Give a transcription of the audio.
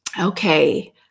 Okay